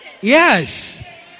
Yes